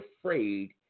afraid